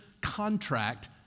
contract